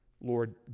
Lord